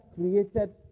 created